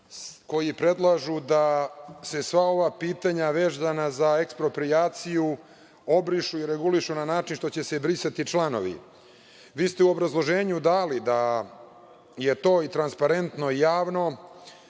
koji predlažu da se sva ova pitanja vezana za eksproprijaciju obrišu i regulišu na način što će se brisati članovi.U obrazloženju ste dali da je to transparetno, javno.